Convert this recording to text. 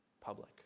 public